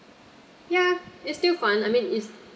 ya it's still fun I mean is